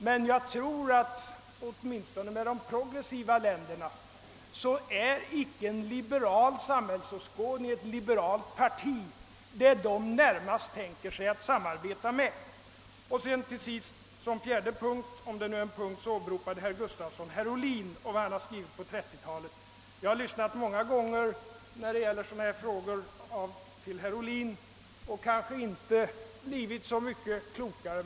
Men jag tror att åtminstone när det gäller de progressiva länderna är icke ett liberalt parti det man närmast tänker sig att samarbeta med. För det fjärde — om det nu är en punkt — åberopade herr Gustafson i Göteborg Bertil Ohlin och vad han skrivit på 1930-talet. Jag har lyssnat till herr Ohlin många gånger då han talat om sådana här frågor men kanske inte blivit så mycket klokare.